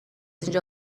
اینجا